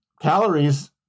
calories